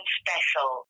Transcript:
special